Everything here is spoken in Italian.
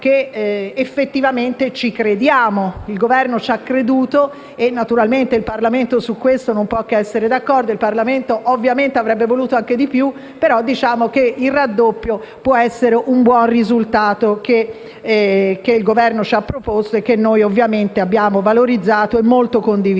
che effettivamente ci crediamo: il Governo ci ha creduto e naturalmente il Parlamento su questo non può che essere d'accordo. Il Parlamento ovviamente avrebbe voluto anche di più, ma diciamo che il raddoppio può essere un buon risultato che il Governo ci ha proposto e che noi abbiamo valorizzato e molto condiviso.